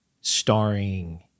starring